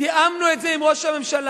תיאמנו את זה עם ראש הממשלה.